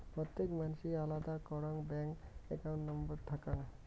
প্রত্যেক মানসির আলাদা করাং ব্যাঙ্ক একাউন্ট নম্বর থাকাং